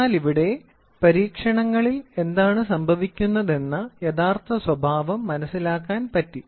എന്നാൽ ഇവിടെ പരീക്ഷണങ്ങളിൽ എന്താണ് സംഭവിക്കുന്നതെന്ന യഥാർത്ഥ സ്വഭാവം മനസ്സിലാക്കാൻ പറ്റി